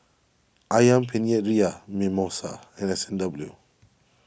Ayam Penyet Ria Mimosa and S and W